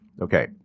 Okay